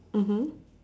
mmhmm